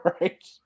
Right